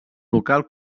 local